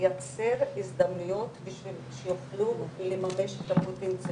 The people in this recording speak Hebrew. לייצר הזדמנויות בשביל שיוכלו לממש את הפוטנציאל